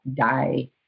die